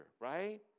right